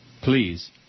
Please